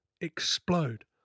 explode